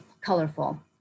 colorful